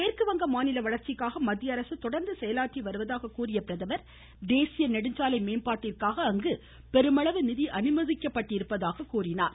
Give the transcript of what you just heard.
மேற்கு வங்க மாநில வளர்ச்சிக்காக மத்தியஅரசு தொடர்ந்து செயலாற்றி வருவதாக கூறிய அவர் தேசிய நெடுஞ்சாலை மேம்பாட்டிற்காக பெருமளவு நிதி அனுமதிக்கப்பட்டுள்ளதாக கூறினார்